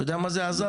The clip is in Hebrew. אתה יודע מה זה עז"ב?